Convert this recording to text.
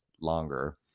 longer